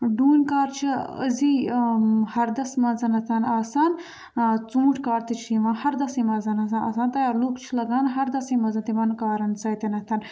ڈوٗنۍ کار چھِ أزی ہَردَس منٛز آسان ژوٗنٛٹھۍ کار تہِ چھِ یِوان ہردَسٕے منٛز آسان آسان تیار لُکھ چھِ لَگان ہَردَسٕے منٛز تِمَن کارَن سۭتۍ